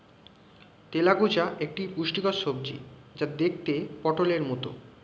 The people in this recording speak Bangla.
তেলাকুচা একটি পুষ্টিকর সবজি যা দেখতে পটোলের মতো